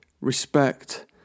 respect